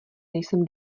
nejsem